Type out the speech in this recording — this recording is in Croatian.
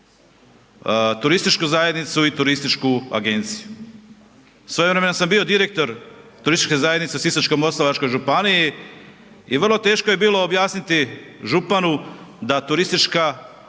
turističkih zajednica brkaju turističku agenciju. Svojevremeno sam bio direktor Turističke zajednice u Sisačko-moslavačkoj županiji i vrlo teško je bilo objasniti županu da turistička zajednica